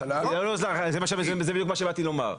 זה בדיוק מה שבאתי לומר.